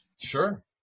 Sure